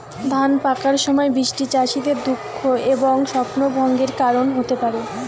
ধান পাকার সময় বৃষ্টি চাষীদের দুঃখ এবং স্বপ্নভঙ্গের কারণ হতে পারে